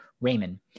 Raymond